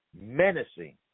menacing